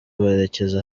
berekeza